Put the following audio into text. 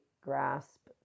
grasp